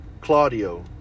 Claudio